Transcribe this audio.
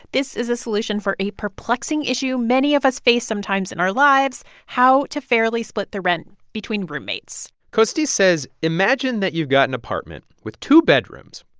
this is a solution for a perplexing issue many of us face sometimes in our lives how to fairly split the rent between roommates costis says imagine that you've got an apartment with two bedrooms.